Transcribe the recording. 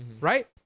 right